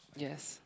yes